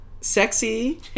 sexy